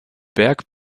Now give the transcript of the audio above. berg